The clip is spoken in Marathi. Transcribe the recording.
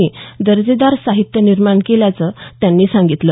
नी दर्जेदार साहित्य निर्माण केल्याचं त्यांनी सांगितलं